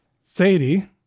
Sadie